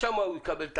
שם הוא יקבל.